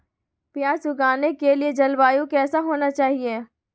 प्याज उगाने के लिए जलवायु कैसा होना चाहिए?